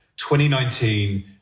2019